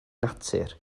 natur